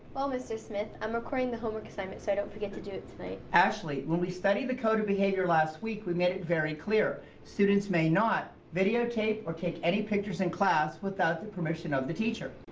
well, mr. smith, i'm recording the homework assignment so i don't forget to do it tonight. ashley, when we studied the code of behavior last week we made it very clear, students may not videotape or take any pictures in class without the permission of the teacher.